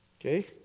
Okay